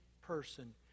person